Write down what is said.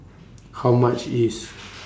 How much IS